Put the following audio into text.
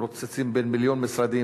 מתרוצצים בין מיליון משרדים.